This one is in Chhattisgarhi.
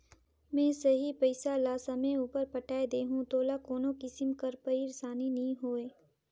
में सही पइसा ल समे उपर पटाए देहूं तोला कोनो किसिम कर पइरसानी नी होए